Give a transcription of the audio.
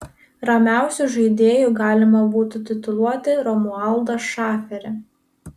ramiausiu žaidėju galima būtų tituluoti romualdą šaferį